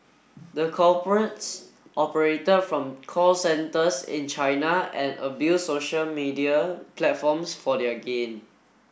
the culprits operated from call centres in China and abuse social media platforms for their gain